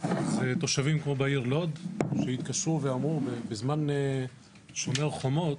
אז תושבים כמו בעיר לוד שהתקשרו ואמרו בזמן שומר חומות,